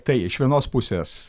tai iš vienos pusės